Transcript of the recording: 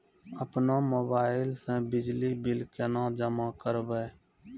अपनो मोबाइल से बिजली बिल केना जमा करभै?